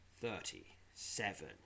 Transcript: Thirty-seven